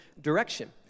direction